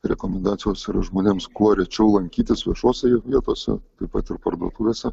rekomendacijos žmonėms kuo rečiau lankytis viešose vietose taip pat ir parduotuvėse